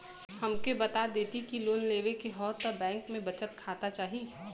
हमके बता देती की लोन लेवे के हव त बैंक में बचत खाता चाही?